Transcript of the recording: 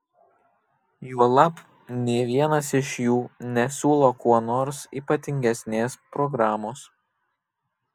juolab nė vienas iš jų nesiūlo kuo nors ypatingesnės programos